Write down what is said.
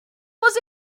was